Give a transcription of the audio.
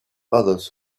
others